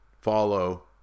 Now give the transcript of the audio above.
follow